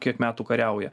kiek metų kariauja